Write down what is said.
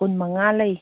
ꯀꯨꯟꯃꯉꯥ ꯂꯩ